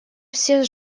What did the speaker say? все